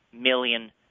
million